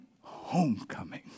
homecoming